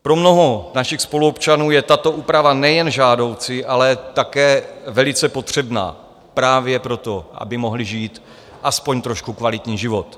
Pro mnoho našich spoluobčanů je tato úprava nejen žádoucí, ale také velice potřebná právě proto, aby mohli žít aspoň trošku kvalitní život.